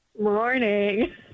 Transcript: Morning